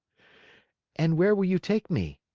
and where will you take me?